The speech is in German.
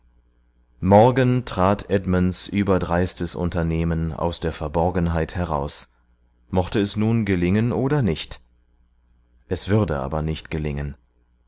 morgen trat edmunds überdreistes unternehmen aus der verborgenheit heraus mochte es nun gelingen oder nicht es würde aber nicht gelingen